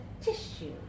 tissue